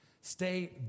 Stay